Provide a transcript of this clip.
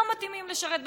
לא מתאימים לשרת בצבא,